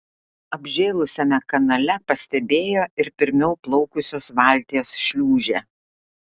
apžėlusiame kanale pastebėjo ir pirmiau plaukusios valties šliūžę